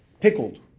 pickled